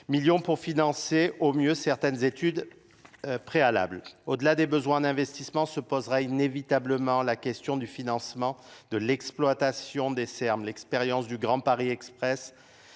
millions pour financer au mieux c certaines études préalables au delà des besoins d'investissement se poserait inévitablement la question du financement de l'exploitation des serbes de l'expérience du grand paris express